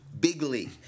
bigly